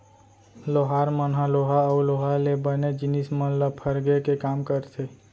लोहार मन ह लोहा अउ लोहा ले बने जिनिस मन ल फरगे के काम करथे